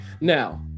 Now